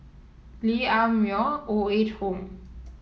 Lee Ah Mooi Old Age Home